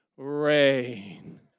rain